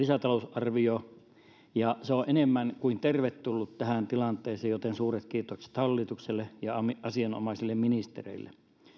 lisätalousarvio ja se on enemmän kuin tervetullut tähän tilanteeseen joten suuret kiitokset hallitukselle ja asianomaisille ministereille